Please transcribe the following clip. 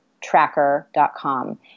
tracker.com